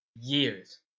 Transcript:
years